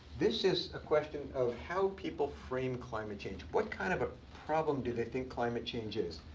this is a question of how people frame climate change. what kind of a problem do they think climate change is?